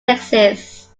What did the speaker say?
texas